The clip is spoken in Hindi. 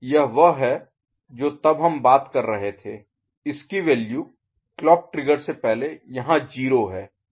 यह वह है जो तब हम बात कर रहे थे इसकी वैल्यू क्लॉक ट्रिगर से पहले यहां 0 है